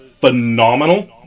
phenomenal